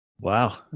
Wow